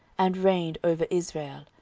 and reigned over israel.